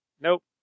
Nope